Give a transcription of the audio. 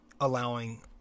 allowing